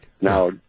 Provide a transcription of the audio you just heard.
now